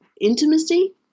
intimacy